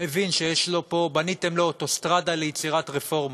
הבין שבניתם לו אוטוסטרדה ליצירת רפורמות.